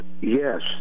yes